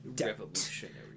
Revolutionary